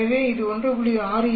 எனவே இது 1